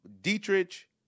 Dietrich –